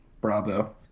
bravo